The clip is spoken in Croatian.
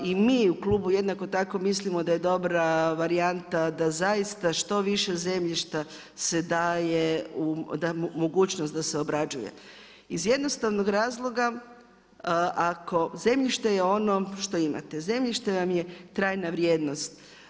I mi u klubu jednako tako mislimo da je dobra varijanta da što više zemljišta se daje u mogućnost da se obrađuje iz jednostavnog razloga ako je zemljište ono što imate, zemljište vam je trajna vrijednost.